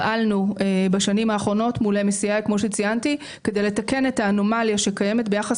פעלנו בשנים האחרונות מול MSCI כדי לתקן את האנומליה שקיימת ביחס